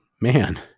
man